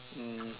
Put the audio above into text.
um